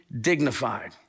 dignified